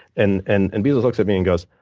and and and bezos looks at me and goes,